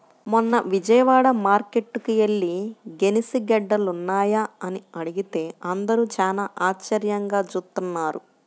మొన్న విజయవాడ మార్కేట్టుకి యెల్లి గెనిసిగెడ్డలున్నాయా అని అడిగితే అందరూ చానా ఆశ్చర్యంగా జూత్తన్నారు